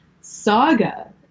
saga